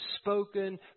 spoken